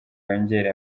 yongere